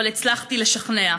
אבל הצלחתי לשכנע.